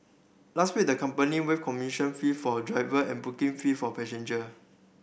last week the company waived commission fee for driver and booking fee for passenger